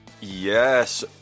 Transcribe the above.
Yes